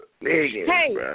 Hey